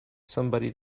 somebody